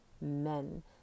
men